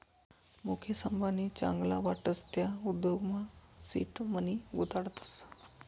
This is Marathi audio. मुकेश अंबानी चांगला वाटस त्या उद्योगमा सीड मनी गुताडतस